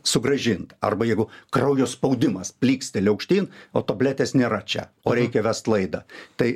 sugrąžint arba jeigu kraujo spaudimas plyksteli aukštyn o tabletės nėra čia o reikia vest laidą tai